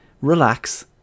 relax